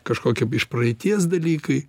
kažkokie iš praeities dalykai